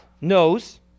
knows